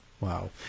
Wow